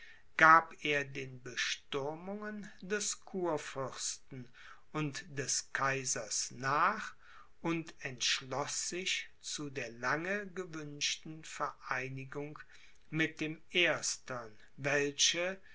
gab er den bestürmungen des kurfürsten und des kaisers nach und entschloß sich zu der lange gewünschten vereinigung mit dem erstern welche